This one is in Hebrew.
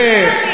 הוא פשוט חסר לי,